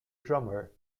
drummer